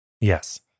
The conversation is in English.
Yes